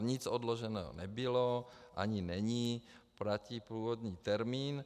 Nic odloženo nebylo ani není, platí původní termín.